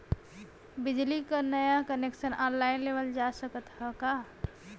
बिजली क नया कनेक्शन ऑनलाइन लेवल जा सकत ह का?